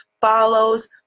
follows